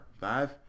Five